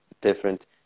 different